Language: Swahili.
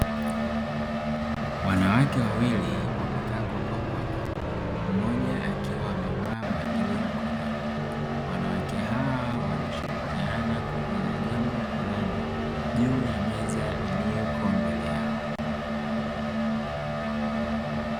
Wanawake wawili wamekaa kwa pamoja, mmoja akiwa amevaa bangili mkononi. Wanawake hawa wanashirikiana kufanya jambo fulani juu ya meza iliyoko mbele yao.